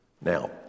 Now